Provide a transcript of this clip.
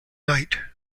night